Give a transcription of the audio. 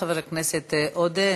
כבוד חבר הכנסת עודה,